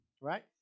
right